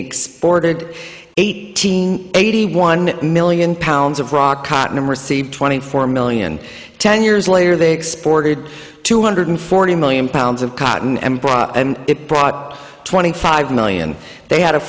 exported eighteen eighty one million pounds of raw cotton and received twenty four million ten years later they exported two hundred forty million pounds of cotton and it brought twenty five million they had a